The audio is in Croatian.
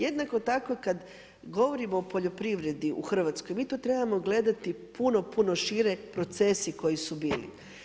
Jednako tako kad govorimo o poljoprivredi u Hrvatskoj, mi to trebamo gledati, puno, puno šire, procesi koji su bili.